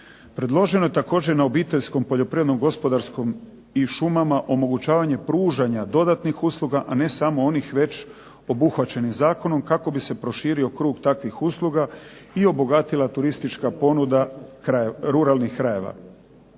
Predloženo je također na obiteljsko, poljoprivredno, gospodarskom i šumama omogućavanje pružanja dodatnih usluga, a ne samo onih već obuhvaćenih zakonom kako bi se proširio krug takvih usluga i obogatila turistička ponuda ruralnih krajeva.